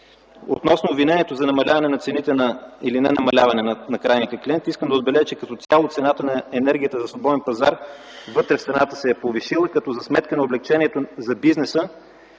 Относно обвинението за намаляване на цените или ненамаляване на крайните клиенти искам да отбележа, че като цяло цената на енергията за свободен пазар вътре в страната се е повишила, като за сметка на облекчението за бизнеса